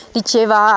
diceva